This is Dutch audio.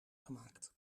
gemaakt